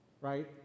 right